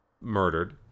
murdered